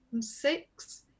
six